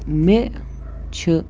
مےٚ چھِ